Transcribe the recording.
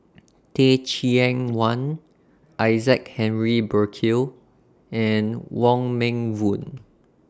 Teh Cheang Wan Isaac Henry Burkill and Wong Meng Voon